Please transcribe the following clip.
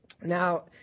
Now